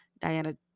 Diana